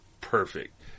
perfect